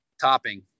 Topping